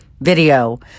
video